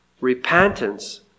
Repentance